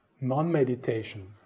non-meditation